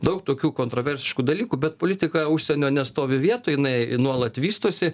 daug tokių kontroversiškų dalykų bet politika užsienio nestovi vietoj jinai nuolat vystosi